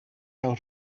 out